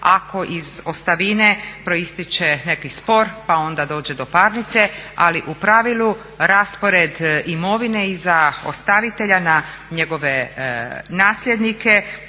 ako iz ostavine proistječe neki spor pa onda dođe do parnice, ali u pravilu raspored imovine iza ostavitelja na njegove nasljednike